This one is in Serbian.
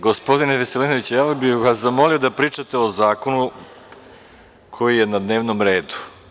Gospodine Veselinoviću, zamolio bih vas da pričate o zakonu koji je na dnevnom redu.